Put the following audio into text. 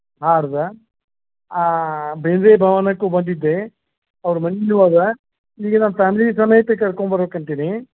ಬೇಂದ್ರೆ ಭವನಕ್ಕೂ ಬಂದಿದ್ದೆ ಅವ್ರ ಮನೇನು ಇದೆ ಈಗ ನಮ್ಮ ಫ್ಯಾಮಿಲಿ ಸಮೇತ ಕರ್ಕೊಂಬರ್ಬೇಕ್ ಅಂತೀನಿ